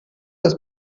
els